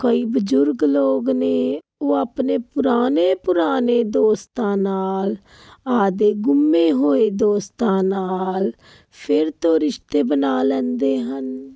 ਕਈ ਬਜ਼ੁਰਗ ਲੋਕ ਨੇ ਉਹ ਆਪਣੇ ਪੁਰਾਣੇ ਪੁਰਾਣੇ ਦੋਸਤਾਂ ਨਾਲ ਆਪਣੇ ਗੁੰਮੇ ਹੋਏ ਦੋਸਤਾਂ ਨਾਲ ਫਿਰ ਤੋਂ ਰਿਸ਼ਤੇ ਬਣਾ ਲੈਂਦੇ ਹਨ